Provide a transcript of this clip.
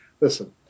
listen